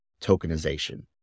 tokenization